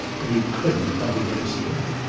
but he couldn't fight against them.